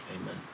Amen